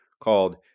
called